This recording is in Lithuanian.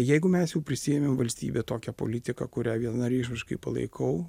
jeigu mes jau prisiėmėm valstybė tokią politiką kurią vienareikšmiškai palaikau